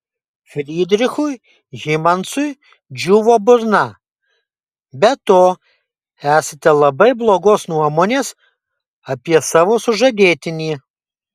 frydrichui hymansui džiūvo burna be to esate labai blogos nuomonės apie savo sužadėtinį